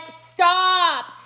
stop